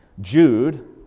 Jude